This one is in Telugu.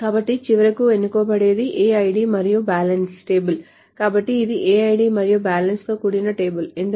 కాబట్టి చివరకు ఎన్నుకోబడేది aid మరియు balance టేబుల్ కాబట్టి ఇది aid మరియు balance తో కూడిన టేబుల్ ఎందుకంటే depositor